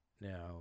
Now